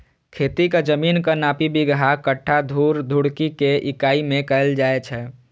खेतीक जमीनक नापी बिगहा, कट्ठा, धूर, धुड़की के इकाइ मे कैल जाए छै